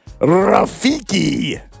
Rafiki